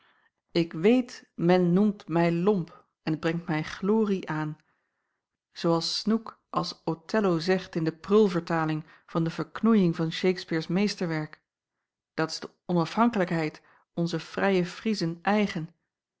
ik weet men noemt mij lomp en t brengt mij glorie aan zoo als snoek als othello zegt in de prulvertaling van de verknoeiing van shaksperes meesterwerk dat is de onafhankelijkheid ons frije friezen eigen